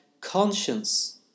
Conscience